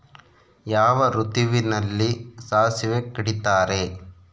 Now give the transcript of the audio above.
ಯಾವ ಋತುವಿನಲ್ಲಿ ಸಾಸಿವೆ ಕಡಿತಾರೆ?